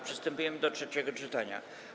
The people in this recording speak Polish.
Przystępujemy do trzeciego czytania.